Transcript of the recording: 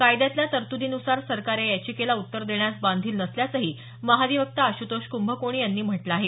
कायद्यातल्या तरतुदीनुसार सरकार या याचिकेला उत्तर देण्यास बांधील नसल्याचंही महाधिवक्ता आशुतोष कुंभकोणी यांनी म्हटलं आहे